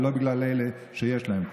ולא בגלל אלה שיש להם כוח.